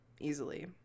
easily